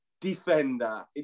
defender